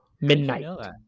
midnight